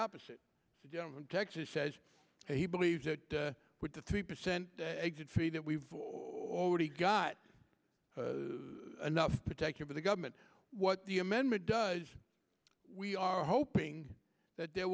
opposite of texas says he believes that with the three percent fee that we already got enough protection for the government what the amendment does we are hoping that there